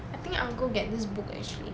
I think I'm go get this book actually